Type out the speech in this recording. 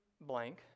blank